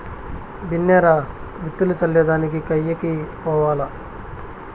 బిన్నే రా, విత్తులు చల్లే దానికి కయ్యకి పోవాల్ల